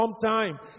sometime